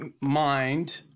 mind